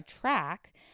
track